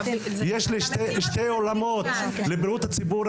יש לי שני אולמות לבריאות הציבור,